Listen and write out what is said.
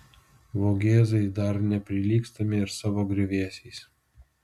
vogėzai dar neprilygstami ir savo griuvėsiais